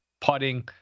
putting